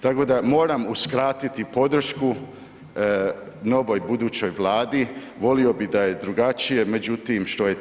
Tako da moram uskratiti podršku novoj budućoj vladi, volio bi da je drugačije, međutim što je tu je.